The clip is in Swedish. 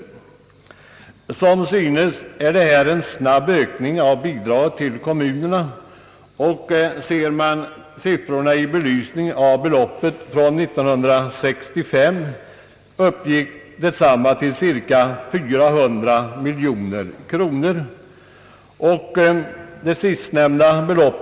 Som synes är det här en snabb ökning av bidraget till kommunerna. Ser man siffrorna i belysning av beloppet för år 1965 finner man att beloppet år 1965 uppgick till cirka 400 miljoner kronor.